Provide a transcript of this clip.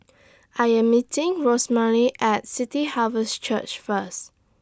I Am meeting Rosemarie At City Harvest Church First